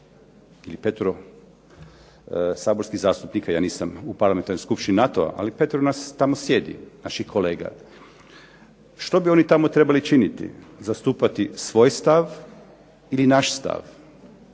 ili petoro saborskih zastupnika, ja nisam u parlamentarnoj skupštini NATO-a, ali petoro nas tamo sjedi, naših kolega. Što bi oni tamo trebali činiti? Zastupati svoj stav ili naš stav?